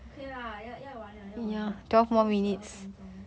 okay lah ya ya 要要要完 liao 要完 liao 多十二分钟